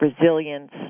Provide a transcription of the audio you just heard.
resilience